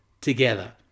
together